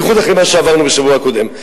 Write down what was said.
בייחוד אחרי מה שעברנו בשבוע הקודם,